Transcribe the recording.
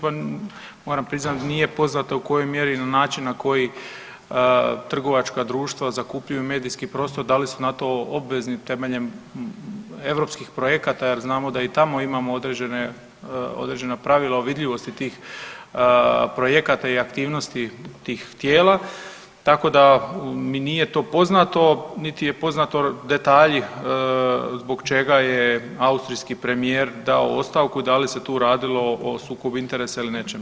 Pa moram priznati nije poznato u kojoj mjeri ili način na koji trgovačka društva zakupljuju medijski prostor, da li su na to obvezni temeljem europskih projekata jer znamo da i tamo imamo određena pravila o vidljivosti tih projekata i aktivnosti tih tijela, tako da mi nije to poznato niti je poznato detalji zbog čega je austrijski premijer dao ostavku, da li se tu radilo o sukobu interesa ili nečem drugom.